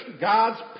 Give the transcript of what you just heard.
God's